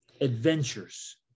adventures